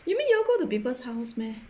you mean you all go to people's house meh